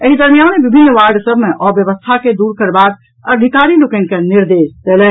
एहि दरमियान विभिन्न वार्ड सभ मे अव्यवस्था के दूर करबाक अधिकारी लोकनि के निर्देश देलनि